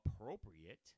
appropriate